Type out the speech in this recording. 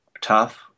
tough